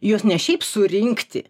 juos ne šiaip surinkti